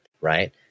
right